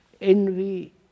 envy